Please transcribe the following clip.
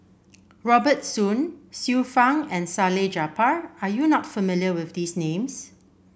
Robert Soon Xiu Fang and Salleh Japar are you not familiar with these names